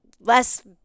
less